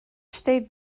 stayed